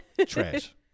Trash